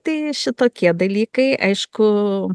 tai šitokie dalykai aišku